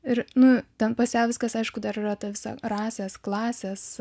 ir nu ten pas ją viskas aišku dar yra ta visa rasės klasės